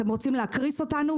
אתם רוצים להקריס אותנו?